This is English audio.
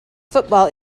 football